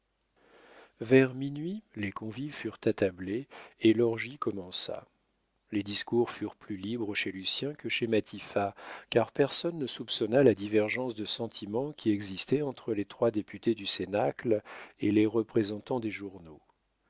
vers minuit les convives furent attablés et l'orgie commença les discours furent plus libres chez lucien que chez matifat car personne ne soupçonna la divergence de sentiments qui existait entre les trois députés du cénacle et les représentants des journaux